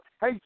hey